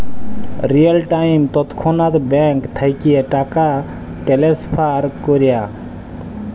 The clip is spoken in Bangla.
রিয়েল টাইম তৎক্ষণাৎ ব্যাংক থ্যাইকে টাকা টেলেসফার ক্যরা